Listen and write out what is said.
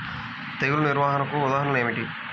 తెగులు నిర్వహణకు ఉదాహరణలు ఏమిటి?